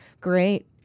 Great